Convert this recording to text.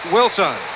Wilson